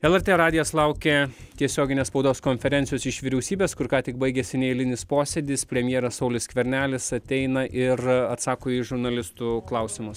lrt radijas laukia tiesioginės spaudos konferencijos iš vyriausybės kur ką tik baigėsi neeilinis posėdis premjeras saulius skvernelis ateina ir atsako į žurnalistų klausimus